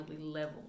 level